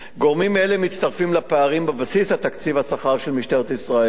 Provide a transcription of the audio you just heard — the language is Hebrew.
גורמים אלה מצטרפים לפערים בבסיס התקציב והשכר של משטרת ישראל,